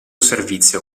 servizio